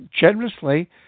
generously